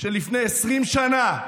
שלפני 20 שנה,